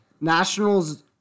Nationals